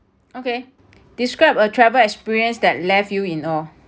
okay describe a travel experience that left you in awe